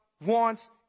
wants